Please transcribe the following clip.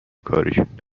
کارشون